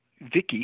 vicky